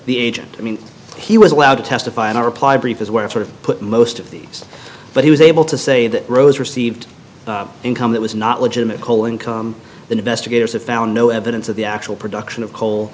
the agent i mean he was allowed to testify in a reply brief as well sort of put most of these but he was able to say that rose received income that was not legitimate coal income investigators have found no evidence of the actual production of coal